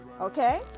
okay